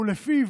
שלפיו